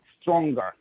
stronger